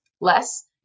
less